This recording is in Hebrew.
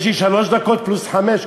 יש לי שלוש דקות פלוס חמש,